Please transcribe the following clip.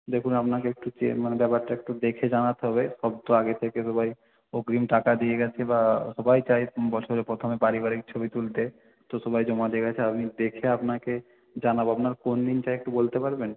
দেখুন আপনাকে একটু মানে ব্যাপারটা একটু দেখে জানাতে হবে সব তো আগে থেকে সবাই অগ্রিম টাকা দিয়ে গেছে বা সবাই চায় বছরের প্রথমে পারিবারিক ছবি তুলতে তো সবাই জমা দিয়ে গেছে আমি দেখে আপনাকে জানাবো আপনার কোন দিনটা একটু বলতে পারবেন